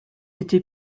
été